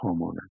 homeowner